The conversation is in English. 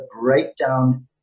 breakdown